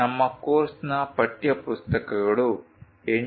ನಮ್ಮ ಕೋರ್ಸ್ನ ಪಠ್ಯಪುಸ್ತಕಗಳು ಎನ್